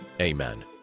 Amen